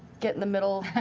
get in the middle.